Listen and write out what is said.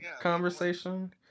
conversation